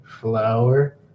flower